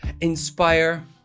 inspire